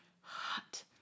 hot